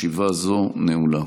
ישיבה זו נעולה.